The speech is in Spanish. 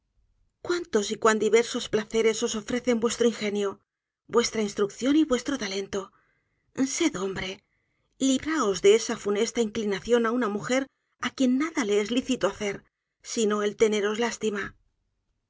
cuántos y cuan diversos placeres os ofrecen vuestro ingenio vuestra instrucción y vuestro talento sed hombre libraos de esa funesta inclinación á una mujer á quien nada le es licito hacer sino el teneros lástima